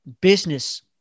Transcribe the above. business